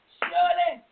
surely